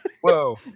Whoa